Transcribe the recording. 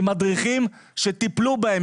עם מדריכים שטיפלו בהם,